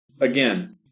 again